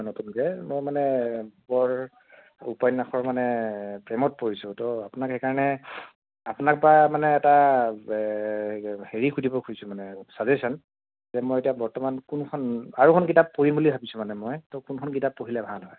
মই নতুন যে মই মানে বৰ উপন্যাসৰ মানে প্ৰেমত পৰিছোঁ ত' আপোনাক সেইকাৰণে আপোনাৰ পৰা মানে এটা হেৰি সুধিব খুজিছোঁ মানে চাজেচন যে মই এতিয়া বৰ্তমান কোনখন আৰু এখন কিতাপ পঢ়িম বুলি ভাবিছোঁ মানে মই ত' কোনখন কিতাপ পঢ়িলে ভাল হয়